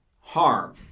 harm